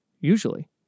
usually